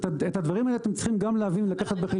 את הדברים האלה אתם צריכים להבין וגם לקחת בחשבון.